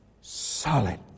solid